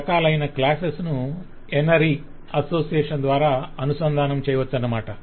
రకాలైన క్లాసెస్ ను N ary association ద్వారా అనుసంధానం చేయవచ్చన్నమాట